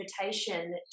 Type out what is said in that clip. invitation